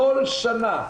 כל שנה,